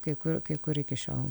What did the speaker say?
kai kur kai kur iki šiol